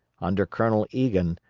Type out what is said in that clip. under colonel egan,